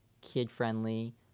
kid-friendly